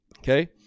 Okay